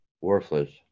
worthless